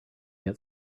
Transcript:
get